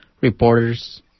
reporters